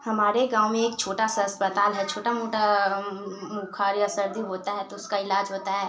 हमारे गाँव में एक छोटा सा अस्पताल है छोटा मोटा बुख़ार या सर्दी होती है तो उसका इलाज होता है